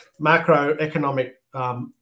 macroeconomic